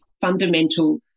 fundamental